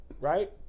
Right